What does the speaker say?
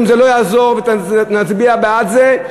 אם זה לא יעזור ונצביע בעד זה,